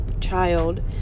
child